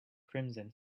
crimson